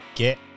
get